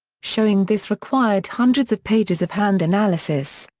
showing this required hundreds of pages of hand analysis.